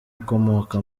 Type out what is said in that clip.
ukomoka